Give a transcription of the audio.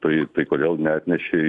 tai tai kodėl neatnešei